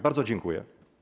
Bardzo dziękuję.